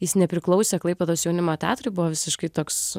jis nepriklausė klaipėdos jaunimo teatrui buvo visiškai toks